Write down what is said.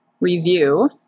review